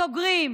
סוגרים,